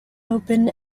open